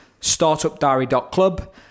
startupdiary.club